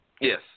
Yes